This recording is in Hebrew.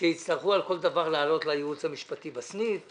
שיצטרכו על כל דבר לעלות לייעוץ המשפטי בסניף,